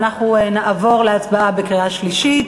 ואנחנו נעבור להצבעה בקריאה שלישית,